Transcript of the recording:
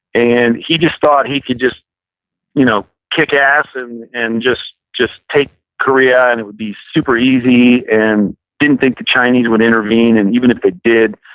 and he just thought he could just you know kick ass and and just just take korea and it would be super easy and didn't think the chinese would intervene and even if they did,